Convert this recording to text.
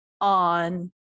on